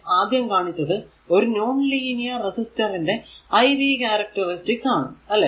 പിന്നെ ആദ്യം കാണിച്ചത് ഒരു നോൺ ലീനിയർ റെസിസ്റ്റർ ന്റെ iv ക്യാരക്ടറിസ്റ്റിക്സ് ആണ്